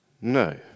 No